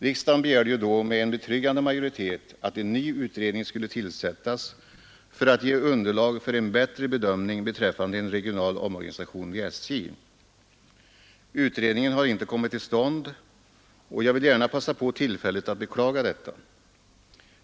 Riksdagen begärde ju då med betryggande majoritet att en ny utredning skulle tillsättas för att ge underlag för en bättre bedömning beträffande en regional omorganisation vid SJ. Utredningen har inte kommit till stånd och jag vill gärna passa på tillfället att beklaga detta.